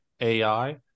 AI